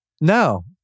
No